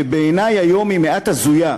שבעיני היום היא מעט הזויה,